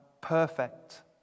perfect